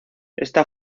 esta